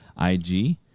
IG